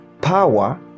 power